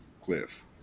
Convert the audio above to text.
Cliff